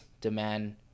demand